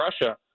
Russia